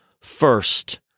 first